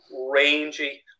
rangy